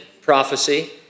prophecy